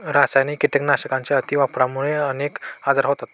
रासायनिक कीटकनाशकांच्या अतिवापरामुळे अनेक आजार होतात